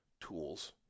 tools